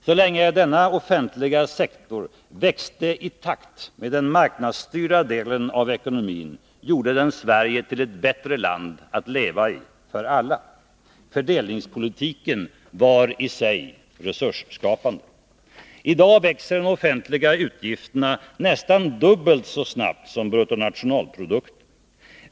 Så länge denna växte i takt med den marknadsstyrda delen av ekonomin gjorde den Sverige till ett bättre land att leva i för alla. Fördelningspolitiken var i sig resursskapande. I dag växer de offentliga utgifterna nästan dubbelt så snabbt som bruttonationalprodukten.